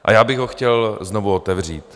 A já bych ho chtěl znovu otevřít.